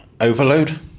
overload